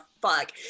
fuck